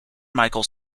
michael